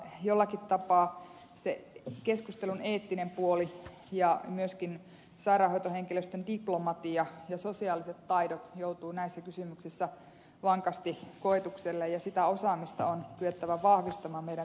jollakin tapaa keskustelun eettinen puoli ja myöskin sairaanhoitohenkilöstön diplomatia ja sosiaaliset taidot joutuvat näissä kysymyksissä vankasti koetukselle ja sitä osaamista on kyettävä vahvistamaan meidän terveydenhuoltojärjestelmässämme